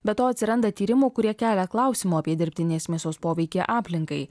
be to atsiranda tyrimų kurie kelia klausimų apie dirbtinės mėsos poveikį aplinkai